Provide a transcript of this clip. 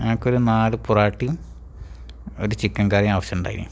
എനിക്ക് ഒരു നാല് പൊറോട്ടയും ഒരു ചിക്കൻ കറിയും ആവശ്യമുണ്ടായിരുന്നു